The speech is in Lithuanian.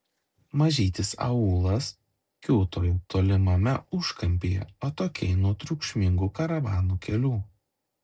mažytis aūlas kiūtojo tolimame užkampyje atokiai nuo triukšmingų karavanų kelių